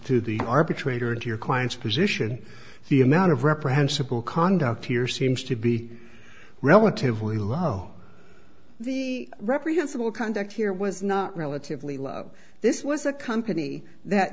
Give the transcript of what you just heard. to the arbitrator of your clients position the amount of reprehensible conduct here seems to be relatively low the reprehensible conduct here was not relatively low this was a company that